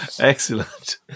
Excellent